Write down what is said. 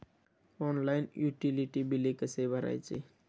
Online utility बिले कसे भरायचे?